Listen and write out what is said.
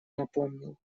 напомнил